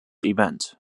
event